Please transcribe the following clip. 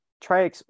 try